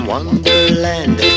Wonderland